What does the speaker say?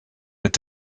mit